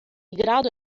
grado